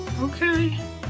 Okay